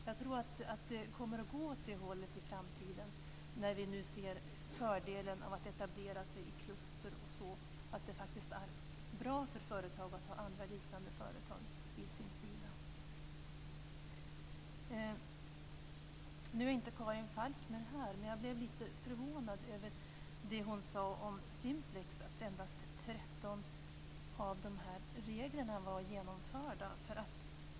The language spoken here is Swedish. Jag tror att det kommer att gå åt det hållet i framtiden, när vi nu ser fördelen av att etablera sig i kluster osv. Det är faktiskt bra för företag att ha andra, liknande företag vid sin sida. Nu är inte Karin Falkmer här. Men jag blev lite förvånad över det hon sade om Simplex och att endast 13 av reglerna var genomförda.